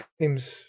seems